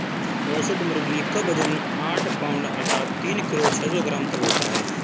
औसत मुर्गी क वजन आठ पाउण्ड अर्थात तीन किलो छः सौ ग्राम तक होता है